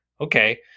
okay